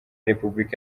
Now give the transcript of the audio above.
repubulika